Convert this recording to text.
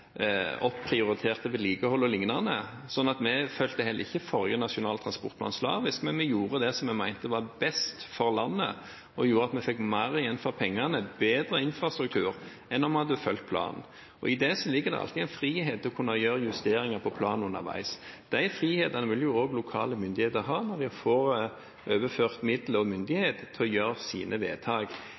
opprioriterte vedlikehold og lignende. Vi fulgte heller ikke forrige nasjonale transportplan slavisk, vi gjorde det vi mente var best for landet, som gjorde at vi fikk mer igjen for pengene og bedre infrastruktur enn om vi hadde fulgt planen. I det ligger det alltid en frihet til å kunne gjøre justeringer i planen underveis. De frihetene vil også lokale myndigheter ha når de får overført midler og myndighet til å gjøre sine vedtak.